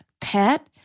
pet